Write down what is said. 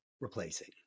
replacing